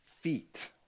feet